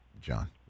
John